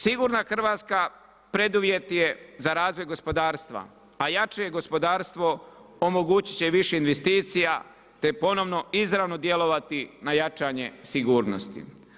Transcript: Sigurna Hrvatska preduvjet je za razvoj gospodarstva a jače gospodarstvo omogućiti će više investicija te ponovno izravno djelovati na jačanje sigurnosti.